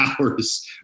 hours